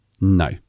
No